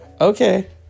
okay